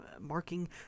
marking